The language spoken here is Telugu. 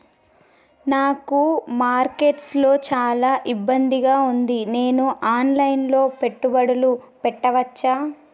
నాకు మార్కెట్స్ లో చాలా ఇబ్బందిగా ఉంది, నేను ఆన్ లైన్ లో పెట్టుబడులు పెట్టవచ్చా?